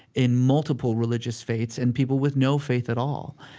in multiple religious faiths, and people with no faith at all.